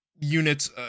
units